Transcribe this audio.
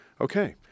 okay